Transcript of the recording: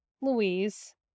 louise